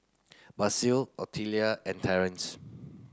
Basil Otelia and Terrance